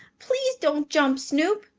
please don't jump, snoop!